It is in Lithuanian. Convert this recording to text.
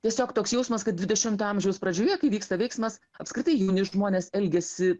tiesiog toks jausmas kad dvidešimto amžiaus pradžioje kai vyksta veiksmas apskritai jauni žmonės elgiasi